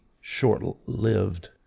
short-lived